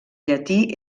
llatí